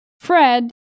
Fred